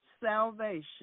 salvation